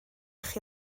chi